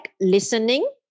listening